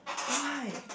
why